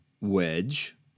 Wedge